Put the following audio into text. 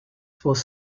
was